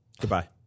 Goodbye